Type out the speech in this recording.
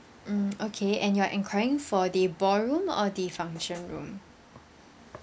mm okay and you are enquiring for the ballroom or the function room